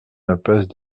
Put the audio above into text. impasse